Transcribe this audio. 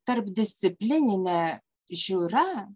tarpdisciplininė žiūra